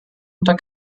unter